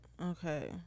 Okay